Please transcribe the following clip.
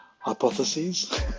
hypotheses